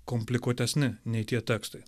komplikuotesni nei tie tekstai